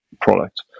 product